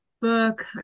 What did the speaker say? book